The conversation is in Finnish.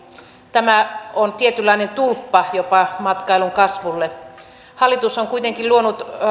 tämä on jopa tietynlainen tulppa matkailun kasvulle hallitus on kuitenkin luonut